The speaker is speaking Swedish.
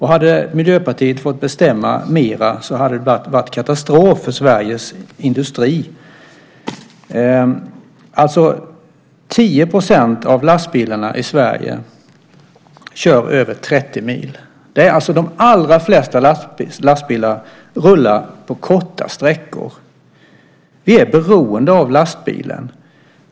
Hade Miljöpartiet fått bestämma mer hade det varit katastrof för Sveriges industri. 10 % av lastbilarna i Sverige kör över 30 mil. De allra flesta lastbilarna rullar på korta sträckor. Vi är beroende av lastbilar.